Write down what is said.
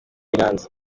iranzi